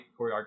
choreography